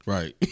Right